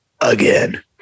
again